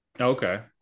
okay